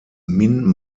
min